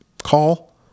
call